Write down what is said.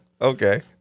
okay